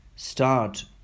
start